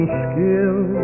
skill